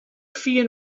fier